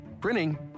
printing